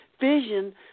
vision